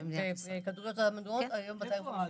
איפה המחירים?